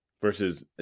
versus